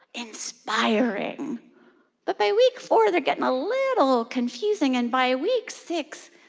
inspiring but by week four, they're getting a little confusing. and by week six,